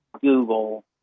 Google